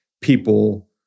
people